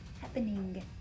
happening